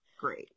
great